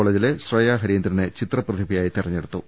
കോളേജിലെ ശ്രേയാ ഹരീന്ദ്രനെ ചിത്രപ്രതിഭയായി തിരഞ്ഞെടുത്തു